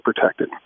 protected